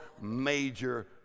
major